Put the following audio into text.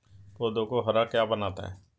पौधों को हरा क्या बनाता है?